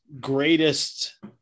greatest